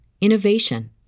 innovation